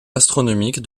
astronomique